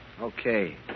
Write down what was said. Okay